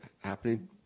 happening